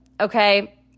Okay